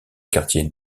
quartier